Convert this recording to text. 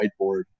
whiteboard